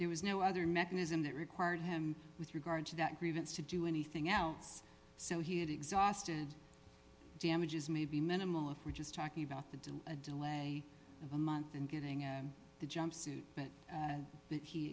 there was no other mechanism that required him with regard to that grievance to do anything else so he had exhausted damages may be minimal if we're just talking about the delay a delay of a month in getting and the jumpsuit